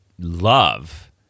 love